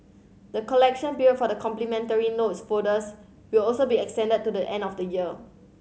the collection period for the complimentary notes folders will also be extended to the end of the year